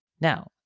Now